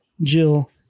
Jill